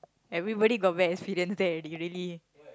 everybody got bad experience there already really